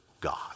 God